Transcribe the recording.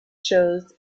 shows